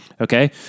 Okay